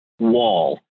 wall